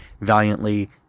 valiantly